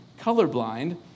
colorblind